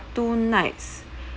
two nights